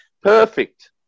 Perfect